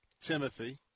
Timothy